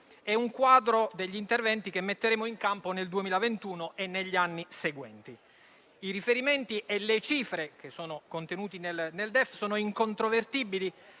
e uno di quelli che metteremo in campo nel 2021 e negli anni seguenti. I riferimenti e le cifre contenuti nel DEF sono incontrovertibili